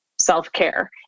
self-care